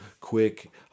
quick